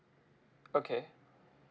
okay